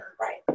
Right